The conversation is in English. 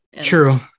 true